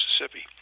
Mississippi